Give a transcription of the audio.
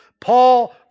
Paul